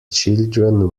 children